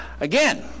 again